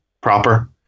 proper